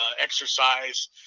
exercise